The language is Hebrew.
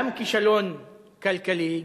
גם כישלון כלכלי,